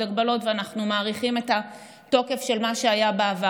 הגבלות ואנחנו מאריכים את התוקף של מה שהיה בעבר?